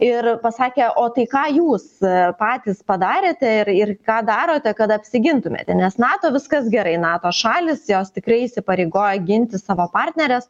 ir pasakė o tai ką jūs patys padarėte ir ir ką darote kad apsigintumėte nes nato viskas gerai nato šalys jos tikrai įsipareigoja ginti savo partneres